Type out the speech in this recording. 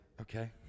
Okay